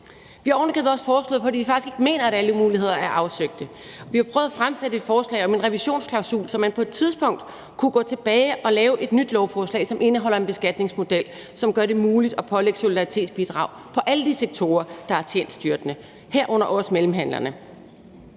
Vi har ovenikøbet også foreslået – fordi vi faktisk ikke mener, at alle muligheder er afsøgt – at stille et forslag om en revisionsklausul, så man på et tidspunkt kunne gå tilbage og lave et nyt lovforslag, som indeholder en beskatningsmodel, som gør det muligt at pålægge alle de sektorer, der har tjent styrtende, herunder også mellemhandlerne,